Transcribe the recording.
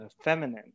feminine